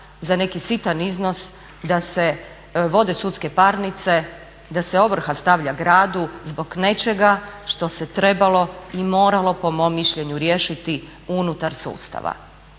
za neki sitan iznos, da se vode sudske parnice, da se ovrha stavlja gradu zbog nečega što se trebalo i moralo po mom mišljenju riješiti unutar sustava?